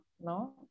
no